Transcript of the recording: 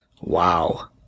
Wow